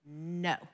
No